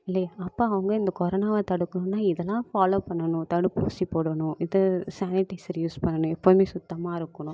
இல்லையா அப்போ அவங்க இந்த கொரனாவை தடுக்கணும்னா இதெல்லாம் ஃபாலோ பண்ணணும் தடுப்பூசி போடணும் இது சேனிடைசர் யூஸ் பண்ணணும் எப்பவும் சுத்தமாக இருக்கணும்